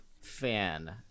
fan